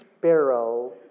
sparrow